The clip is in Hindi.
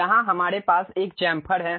यहां हमारे पास एक चैम्फर है